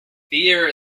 fear